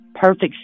perfect